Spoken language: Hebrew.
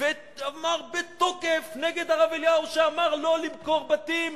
ואמר בתוקף נגד הרב אליהו שאמר לא למכור בתים